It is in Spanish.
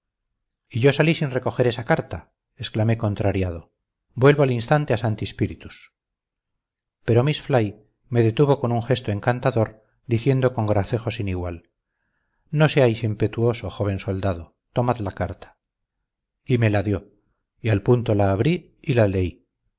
y yo salí sin recoger esa carta exclamé contrariado vuelvo al instante a santi spíritus pero miss fly me detuvo con un gesto encantador diciendo con gracejo sin igual no seáis impetuoso joven soldado tomad la carta y me la dio y al punto la abrí y la leí